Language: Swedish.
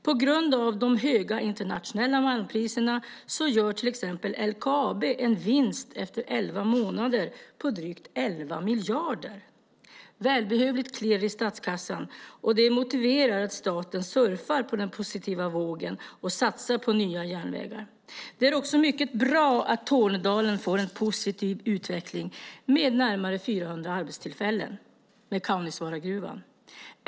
På grund av de höga internationella malmpriserna gör till exempel LKAB en vinst efter elva månader på drygt 11 miljarder. Det ger ett välbehövligt klirr i statskassan och motiverar att staten surfar på den positiva vågen och satsar på nya järnvägar. Dessutom är det mycket bra att Tornedalen får en positiv utveckling med närmare 400 arbetstillfällen i och med Kaunisvaaragruvan.